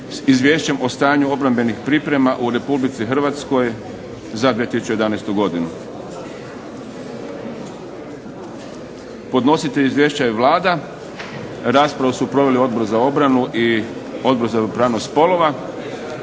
s Izvješćem o stanju obrambenih priprema u Republici Hrvatskoj za 2011. godinu Podnositelj izvješća je Vlada. Raspravu su proveli Odbor za obranu i Odbor za ravnopravnost spolova.